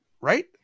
right